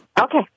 Okay